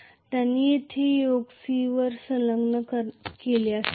त्यांना येथे yoke C वर संलग्न केले जावे